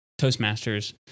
Toastmasters